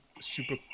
super